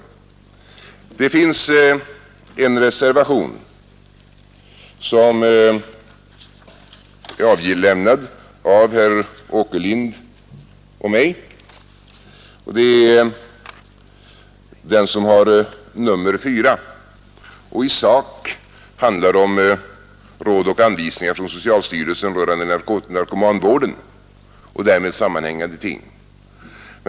Reservationen 4, som är avlämnad av herr Åkerlind och mig, handlar i sak om råd och anvisningar från socialstyrelsen rörande narkomanvården och därmed sammanhängande ting.